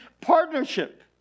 partnership